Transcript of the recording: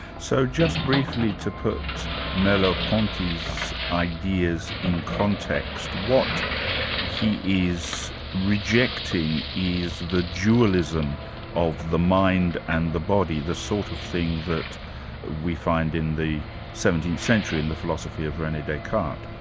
so just briefly to put merleau-ponty's ideas in context, what he is rejecting is the dualism of the mind and the body, the sort of thing that we find in the seventeenth century in the philosophy of rene descartes.